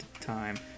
time